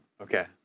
Okay